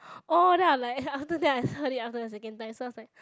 orh then I like after that I heard it after the second time so I was like